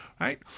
Right